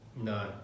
No